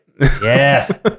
Yes